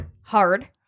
Hard